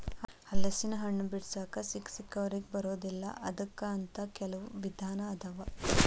ಹಲಸಿನಹಣ್ಣ ಬಿಡಿಸಾಕ ಸಿಕ್ಕಸಿಕ್ಕವರಿಗೆ ಬರುದಿಲ್ಲಾ ಅದಕ್ಕ ಅಂತ ಕೆಲ್ವ ವಿಧಾನ ಅದಾವ